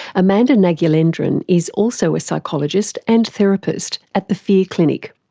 amanda nagulendran is also a psychologist and therapist at the fear clinic.